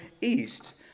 East